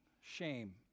shame